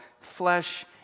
flesh